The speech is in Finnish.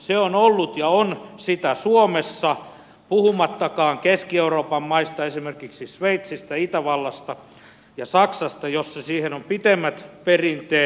se on ollut ja on sitä suomessa puhumattakaan keski euroopan maista esimerkiksi sveitsistä itävallasta ja saksasta joissa siihen on pitemmät perinteet